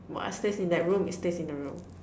what stays in that room stays in the room